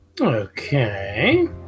Okay